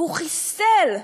הוא חיסל,